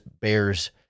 Bears